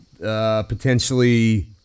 Potentially